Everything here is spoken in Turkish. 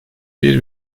bir